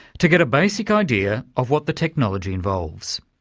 to get a basic idea of what the technology involves.